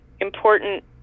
important